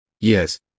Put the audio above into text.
Yes